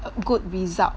a good result